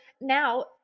now